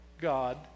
God